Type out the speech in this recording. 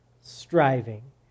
striving